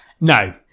No